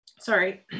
sorry